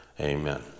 amen